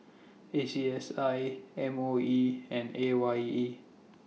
A C S I M O E and A Y E